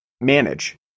manage